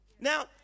now